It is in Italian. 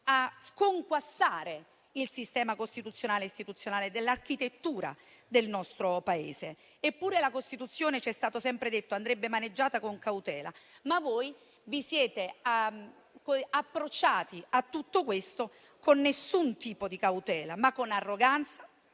e sconquassare il sistema costituzionale e istituzionale dell'architettura del nostro Paese. Eppure la Costituzione - ci è stato sempre detto - andrebbe maneggiata con cautela, mentre voi vi siete approcciati a tutto questo con nessun tipo di cautela, ma con arroganza,